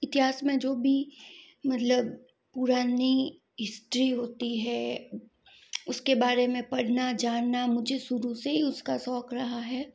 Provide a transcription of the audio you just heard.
इतिहास में जो भी मतलब पुरानी हिस्ट्री होती है उसके बारे में पढ़ना जानना मुझे शुरू से ही उसका शौक रहा है